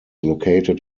located